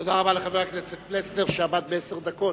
תודה רבה לחבר הכנסת פלסנר שעמד בעשר הדקות.